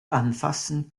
anfassen